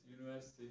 university